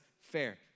fair